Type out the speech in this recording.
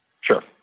Sure